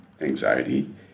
anxiety